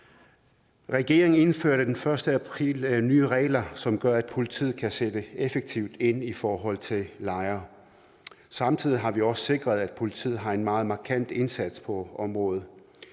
Regeringen indførte den 1. april nye regler, som gør, at politiet kan sætte effektivt ind i forhold til lejre. Samtidig har vi også sikret, at politiet gør en meget markant indsats på området.